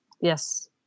Yes